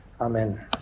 Amen